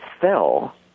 fell